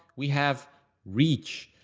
we have reach,